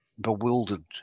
bewildered